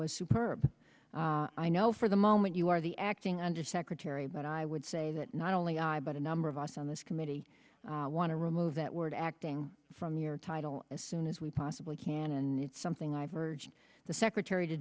super i know for the moment you are the acting under secretary but i would say that not only i but a number of us on this committee want to remove that word acting from your title as soon as we possibly can and it's something i've urged the secretary to